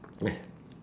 yes